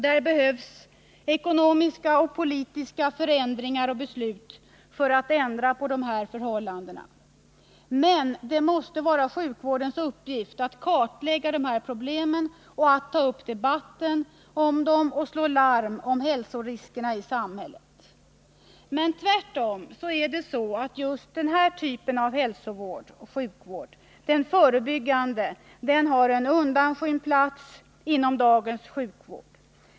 Där behövs ekonomiska och politiska förändringar och beslut för att ändra på förhållandena. Men det måste vara sjukvårdens uppgift att kartlägga dessa problem, att ta upp debatten om dem och slå larm om hälsoriskerna i samhället. Tvärtom är det emellertid så att just denna typ av hälsovård och sjukvård, den förebyggande, har en undanskymd plats inom dagens sjukvård.